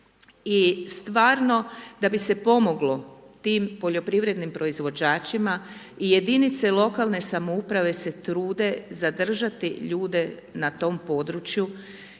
I stvarno da bi se pomoglo tim poljoprivrednim proizvođačima i jedinice lokalne samouprave se trude zadržati ljude na tom području